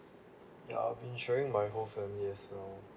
ya I'm insuring my whole family as well